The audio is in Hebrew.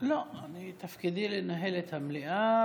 תפקידי לנהל את המליאה.